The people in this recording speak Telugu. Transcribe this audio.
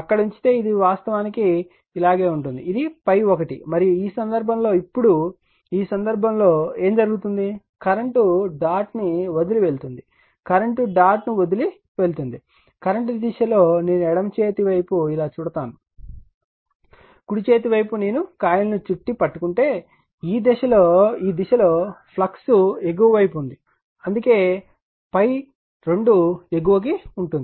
అక్కడ ఉంచితే అది వాస్తవానికి ఇలాగే ఉంటుంది ఇది ∅1 మరియు ఈ సందర్భంలో ఇప్పుడు ఈ సందర్భంలో ఏమి జరుగుతుంది కరెంట్ డాట్ ను వదిలి వెళ్తుంది కరెంట్ డాట్ ను ను వదిలి వెళ్తుంది కరెంట్ దిశలో నేను ఎడమ చేతి వైపు ఇలా చూడతాను కుడి చేతి వైపు నేను కాయిల్ను చుట్టి పట్టుకుంటే ఈ దిశలో ఫ్లక్స్ ఎగువ వైపు ఉంది అందుకే ∅2 ఎగువకి ఉంటుంది